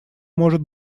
может